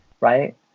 right